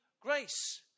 grace